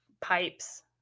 pipes